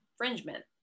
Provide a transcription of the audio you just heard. infringement